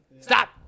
Stop